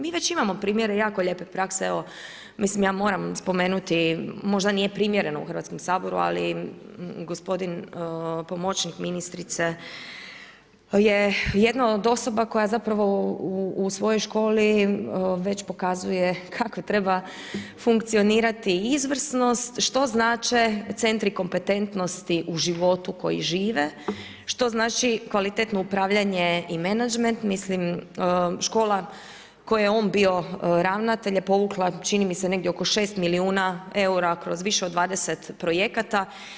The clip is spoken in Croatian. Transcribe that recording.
Mi već imamo primjere jako lijepe prakse, evo mislim ja moram spomenuti, možda nije primjereno u Hrvatskom saboru ali gospodin pomoćnik ministrice je jedna od osoba koja zapravo u svojoj školi već pokazuje kako treba funkcionirati izvrsnost, što znače centri kompetentnosti u životu koji žive, što znači kvalitetno upravljanje i menadžment, mislim škola u kojoj je on bio ravnatelj je povukla čini mi se negdje oko 6 milijuna eura kroz više od 20 projekata.